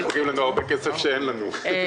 מחלקים לנו הרבה כסף שאין לנו.